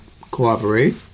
cooperate